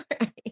right